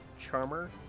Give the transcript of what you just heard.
charmer